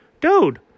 Dude